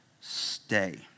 stay